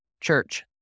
Church